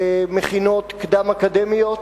למכללות קדם-אקדמיות.